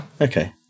okay